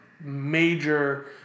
major